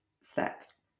steps